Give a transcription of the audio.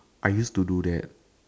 I used to do that